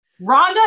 Rhonda